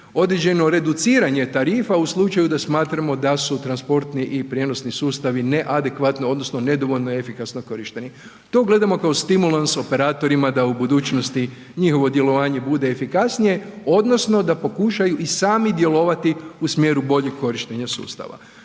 određeno reduciranje tarifa u slučaju da smatramo da su transportni i prijenosni sustavi neadekvatno odnosno nedovoljno efikasno korišteni. To gledamo kao stimulans operatorima da u budućnosti njihovo djelovanje bude efikasnije odnosno da pokušaju i sami djelovati u smjeru boljeg korištenja sustava.